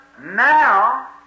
now